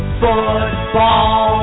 football